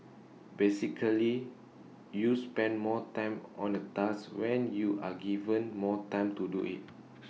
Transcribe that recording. basically you spend more time on A task when you are given more time to do IT